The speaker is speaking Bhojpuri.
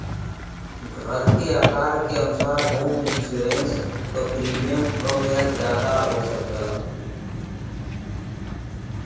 घर के आकार के अनुसार होम इंश्योरेंस क प्रीमियम कम या जादा हो सकला